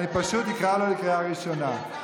אני פשוט אקרא אותו בקריאה ראשונה.